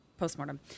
postmortem